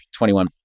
21